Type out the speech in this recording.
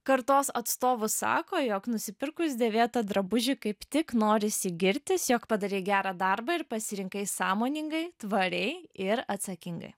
kartos atstovų sako jog nusipirkus dėvėtą drabužį kaip tik norisi girtis jog padarei gerą darbą ir pasirinkai sąmoningai tvariai ir atsakingai